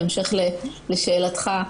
בהמשך לשאלתך,